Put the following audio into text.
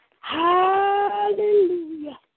Hallelujah